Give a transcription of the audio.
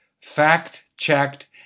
fact-checked